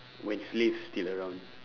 when slaves still around